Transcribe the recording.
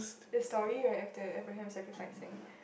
the story right of the Abraham sacrificing